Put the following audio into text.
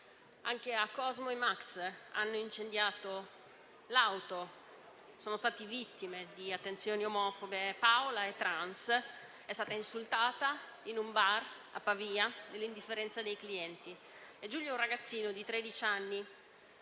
Anche a Cosmo e Max hanno incendiato l'auto e sono stati vittime di attenzioni omofobe. Paola è trans ed è stata insultata in un bar a Pavia nell'indifferenza dei clienti. Giulio è un ragazzino di tredici